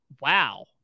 Wow